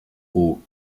aux